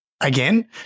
again